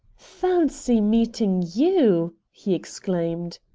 fancy meeting you! he exclaimed.